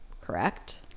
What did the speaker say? Correct